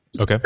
Okay